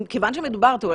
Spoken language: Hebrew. כיוון שמדובר תראה,